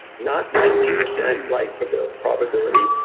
not ninety percent like but probability,